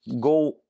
go